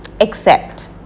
accept